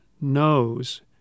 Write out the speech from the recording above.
knows